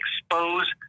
expose